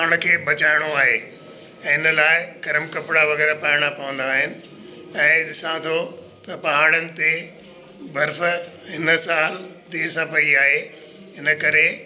पाण खे बचाइणो आहे ऐं इन लाइ गर्म कपिड़ा वग़ैरह पाइणा पवंदा आहिनि ऐं ॾिसा थो त पहाड़नि ते बर्फ़ु हिन साल देरि सां पई आहे इन करे